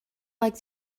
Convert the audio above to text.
like